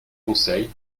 conseil